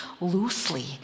loosely